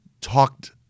talked